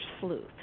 sleuth